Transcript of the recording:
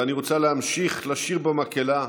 ואני רוצה להמשיך לשיר במקהלה,